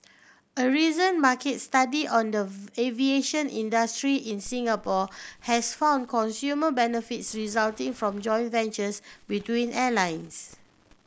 a recent market study on the aviation industry in Singapore has found consumer benefits resulting from joint ventures between airlines